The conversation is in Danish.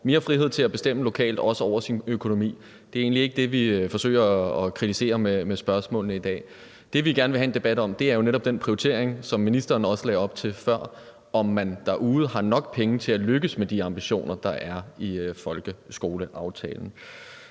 mere frihed til at bestemme lokalt, også over sin økonomi. Det er egentlig ikke det, vi forsøger at kritisere med spørgsmålene i dag. Det, vi gerne vil have en debat om, er jo netop den prioritering, som ministeren også lagde op til før, altså om man derude har nok penge til at lykkes med de ambitioner, der er i folkeskoleaftalen.